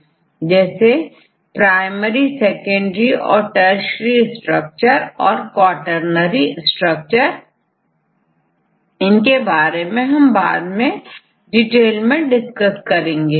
तो यदि आप प्रोटीन संरचना समझना चाहे तो यह विभिन्न रूप में हैजैसे प्राइमरी सेकेंडरी और तृतीयक स्ट्रक्चर और क्वॉटरनरी स्ट्रक्चर इनके बारे में हम बाद में डिटेल में डिस्कस करेंगे